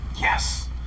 Yes